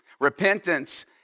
Repentance